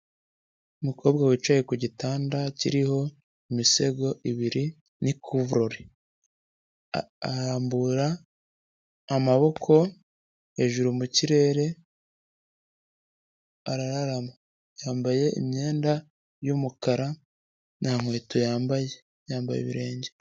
Umukobwa wicaye ku gitanda kiriho imisego ibiri n'ikuvurore, arambura amaboko hejuru mu kirere arararama, yambaye imyenda y'umukara nta nkweto yambaye, yambaye ibirenge.